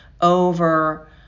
over